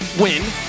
win